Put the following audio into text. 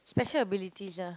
special abilities ah